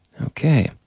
Okay